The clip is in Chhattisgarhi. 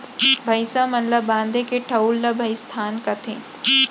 भईंसा मन ल बांधे के ठउर ल भइंसथान कथें